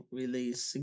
release